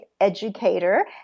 educator